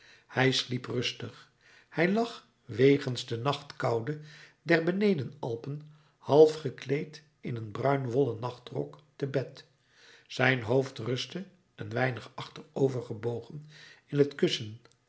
hij sliep rustig hij lag wegens de nachtkoude der beneden alpen half gekleed in een bruin wollen nachtrok te bed zijn hoofd rustte een weinig achterover gebogen in het kussen